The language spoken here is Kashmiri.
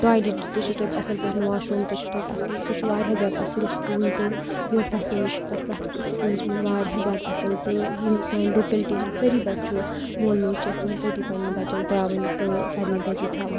ٹویلٮ۪ٹٕس تہِ چھُ تَتہِ اَصٕل پٲٹھۍ واش روٗم تہِ چھُ تَتہِ اَصٕل سُہ چھُ واریاہ زیادٕ اَصٕل سکوٗل تہٕ یِم فیسلی چھِ تَتھ پرٛٮ۪تھ سکوٗلَس منٛز واریاہ زیادٕ اَصٕل تہٕ یِم سانہِ لوکیلٹی ہٕنٛدۍ سٲری بَچہِ چھُ مول موج چھِ یَژھان تٔتی پنٛنٮ۪ن بَچَن ترٛاوٕنۍ تہٕ سارنٕیَن تٔتی تھاوُن